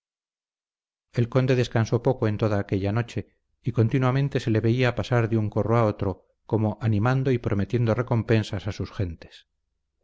el conde descansó poco en toda aquella noche y continuamente se le veía pasar de un corro a otro como animando y prometiendo recompensas a sus gentes